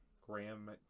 Graham